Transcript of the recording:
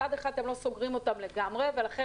מצד אחד אתם לא סוגרים אותם לגמרי ולכן